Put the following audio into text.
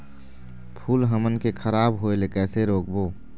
फूल हमन के खराब होए ले कैसे रोकबो?